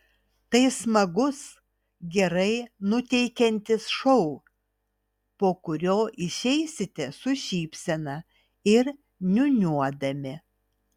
tai smagus gerai nuteikiantis šou po kurio išeisite su šypsena ir niūniuodami